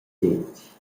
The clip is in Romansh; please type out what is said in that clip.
detg